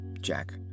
Jack